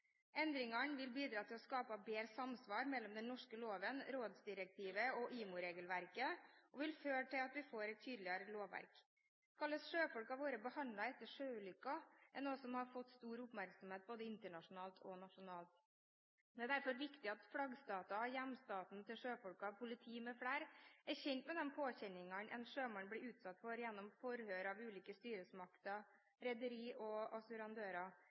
Endringene vil bidra til å skape bedre samsvar mellom den norske loven, rådsdirektivet og IMO-regelverket og vil føre til at vi får et tydeligere lovverk. Hvordan sjøfolk har vært behandlet etter sjøulykker, er noe som har fått stor oppmerksomhet både internasjonalt og nasjonalt. Det er derfor viktig at flaggstater, hjemstaten til sjøfolkene, politi mfl. er kjent med de påkjenningene en sjømann blir utsatt for gjennom forhør av ulike styresmakter, rederi og assurandører.